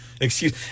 excuse